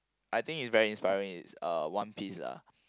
I think it's very inspiring is uh one piece ah